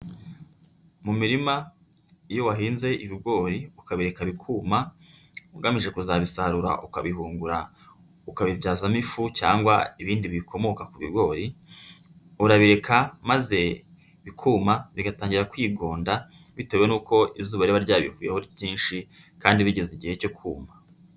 Mu mirima iyo wahinze ibigori ukabireka bikuma ugamije kuzabisarura ukabihungura ukabibyazamo ifu cyangwa ibindi bikomoka ku bigori, urabireka maze bikuma bigatangira kwigonda bitewe n'uko izuba riba ryabivuyeho ryinshi kandi bigeze igihe cyo kuma.